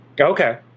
Okay